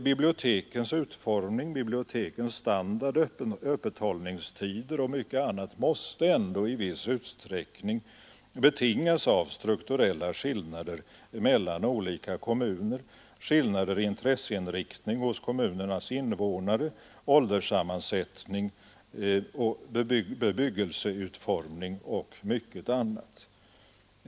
Bibliotekens utformning, standard, öppethållandetider och mycket annat måste ändå i viss utsträckning betingas av strukturella skillnader mellan olika kommuner, skillnader i intresseinriktning hos kommunernas invånare, ålderssammansättning, bebyggelseutformning och mycket annat.